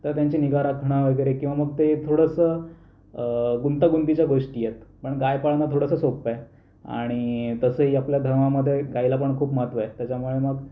तर त्यांची निगा राखणं वगैरे किंवा मग ते थोडंसं गुंतागुंतीच्या गोष्टी आहेत पण गाय पाळणं थोडंसं सोपं आहे आणि तसंही आपल्या धर्मामध्ये गायीला पण खूप महत्त्व आहे त्याच्यामुळे मग